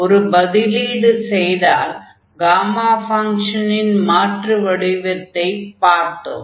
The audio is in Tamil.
ஒரு பதிலீடு செய்ததால் காமா ஃபங்ஷனின் மாற்று வடிவத்தைப் பார்த்தோம்